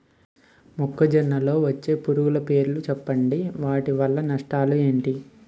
మొక్కజొన్న లో వచ్చే పురుగుల పేర్లను చెప్పండి? వాటి వల్ల నష్టాలు ఎంటి?